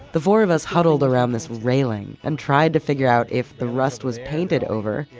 the four of us huddled around this railing, and tried to figure out if the rust was painted over,